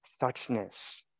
suchness